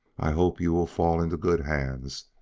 i hope you will fall into good hands,